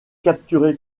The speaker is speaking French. capturé